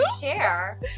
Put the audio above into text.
share